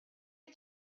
you